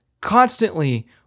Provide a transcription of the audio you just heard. Constantly